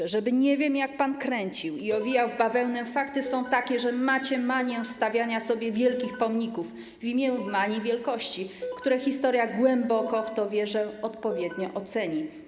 Nawet żeby nie wiem jak pan kręcił i owijał w bawełnę, fakty są takie, że macie manię stawiania sobie wielkich pomników w imię manii wielkości, które historia - głęboko w to wierzę - odpowiednio oceni.